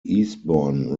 eastbourne